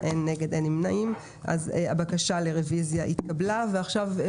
הצבעה הרוויזיה נתקבלה הבקשה לרוויזיה התקבלה פה אחד.